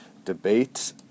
debate